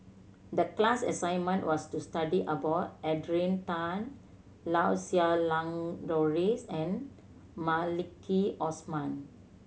the class assignment was to study about Adrian Tan Lau Siew Lang Doris and Maliki Osman